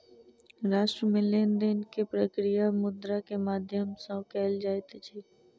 राष्ट्र मे लेन देन के प्रक्रिया मुद्रा के माध्यम सॅ कयल जाइत अछि